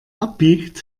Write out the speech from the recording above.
abbiegt